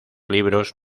libros